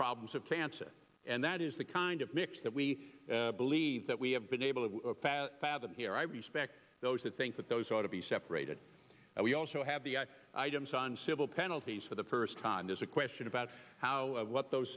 problems of cancer and that is the kind of that we believe that we have been able to pass them here i respect those that think that those ought to be separated and we also have the items on civil penalties for the first time there's a question about how what those